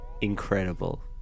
Incredible